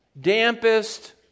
dampest